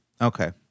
Okay